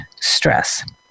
stress